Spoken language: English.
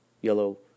yellow